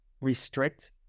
restrict